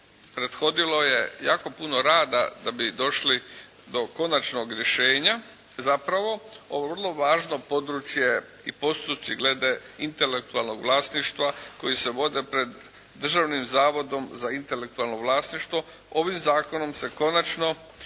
prethodilo je jako puno rada da bi došli do konačnog rješenja. Zapravo ovo vrlo važno područje i postupci glede intelektualnog vlasništava koji se vode pred Državnim zavodom za intelektualno vlasništvo ovim zakonom se konačno